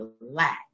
relax